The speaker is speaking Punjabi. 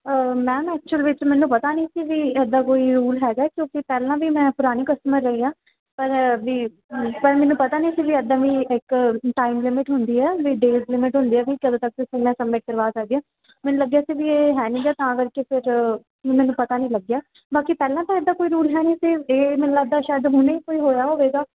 ਮੈਮ ਐਕਚੁਅਲ ਵਿੱਚ ਮੈਨੂੰ ਪਤਾ ਨਹੀਂ ਸੀ ਵੀ ਇੱਦਾਂ ਕੋਈ ਰੂਲ ਹੈਗਾ ਕਿਉਂਕਿ ਪਹਿਲਾਂ ਵੀ ਮੈਂ ਪੁਰਾਣੀ ਕਸਟਮਰ ਰਹੀ ਆ ਪਰ ਵੀ ਪਰ ਮੈਨੂੰ ਪਤਾ ਨਹੀਂ ਸੀ ਬਈ ਇਹਦਾ ਵੀ ਇੱਕ ਟਾਈਮ ਲਿਮਟ ਹੁੰਦੀ ਹੈ ਬਈ ਡੇਅਸ ਲਿਮਟ ਹੁੰਦੀ ਹੈ ਬਈ ਕਦੋਂ ਤੱਕ ਤੁਸੀਂ ਮੈਂ ਸਬਮਿਟ ਕਰਵਾ ਸਕਦੀ ਆ ਮੈਨੂੰ ਲੱਗਿਆ ਸੀ ਵੀ ਇਹ ਹੈ ਨਹੀ ਹੈਗਾ ਤਾਂ ਕਰਕੇ ਫਿਰ ਮੈਨੂੰ ਪਤਾ ਨਹੀਂ ਲੱਗਿਆ ਬਾਕੀ ਪਹਿਲਾਂ ਤਾਂ ਇਹਦਾ ਕੋਈ ਰੂਲ ਹੈ ਨਹੀਂ ਸੀ ਇਹ ਮੈਨੂੰ ਲੱਗਦਾ ਸ਼ਾਈਦ ਹੁਣੇ ਤੋਂ ਹੀ ਹੋਇਆ ਹੋਵੇਗਾ